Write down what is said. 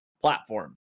platform